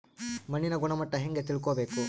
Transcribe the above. ಮಣ್ಣಿನ ಗುಣಮಟ್ಟ ಹೆಂಗೆ ತಿಳ್ಕೊಬೇಕು?